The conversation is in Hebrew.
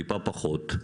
טיפה פחות,